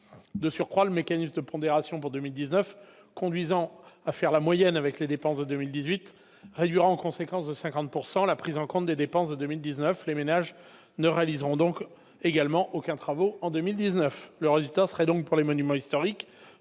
De surcroît, le mécanisme de pondération pour 2019, conduisant à faire la moyenne avec les dépenses de 2018, réduirait en conséquence de 50 % la prise en compte des dépenses de 2019 : les ménages ne réaliseraient donc pas plus de travaux cette année-là. Il en résulterait donc, pour les monuments historiques,